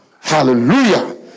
Hallelujah